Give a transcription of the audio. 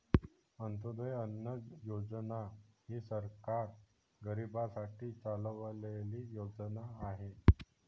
अंत्योदय अन्न योजना ही सरकार गरीबांसाठी चालवलेली योजना आहे